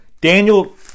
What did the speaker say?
Daniel